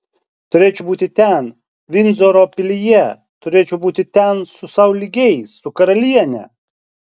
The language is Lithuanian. turėčiau būti ten vindzoro pilyje turėčiau būti ten su sau lygiais su karaliene